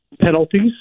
penalties